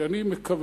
כי אני מקווה